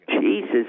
Jesus